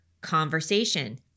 conversation